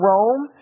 Rome